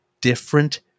Different